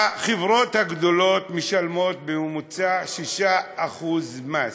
החברות הגדולות משלמות בממוצע 6% מס,